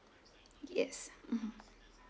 yes mmhmm